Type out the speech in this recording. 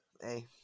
hey